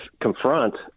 confront